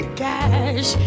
cash